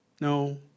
No